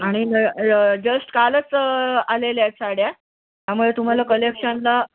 आणि जस्ट कालच आलेल्या आहेत साड्या त्यामुळे तुम्हाला कलेक्शनला